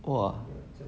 !wah!